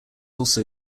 also